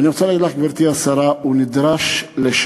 ואני רוצה להגיד לך, גברתי השרה, הוא נדרש לשלם.